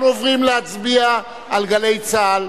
אנחנו עוברים להצביע על "גלי צה"ל".